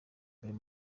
mbere